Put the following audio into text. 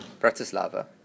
Bratislava